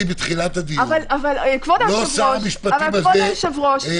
כבוד היושב-ראש,